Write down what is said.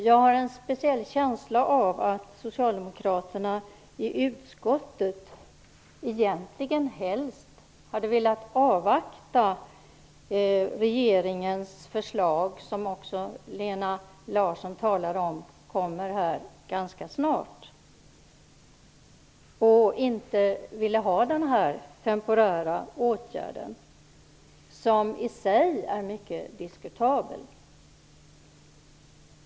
Jag har en speciell känsla av att socialdemokraterna i utskottet egentligen helst hade velat avvakta regeringens förslag, som också Lena Larsson sade kommer ganska snart, och att de inte ville ha den här temporära åtgärden som i sig är mycket diskutabel.